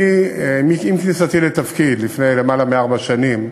אני, עם כניסתי לתפקיד לפני למעלה מארבע שנים,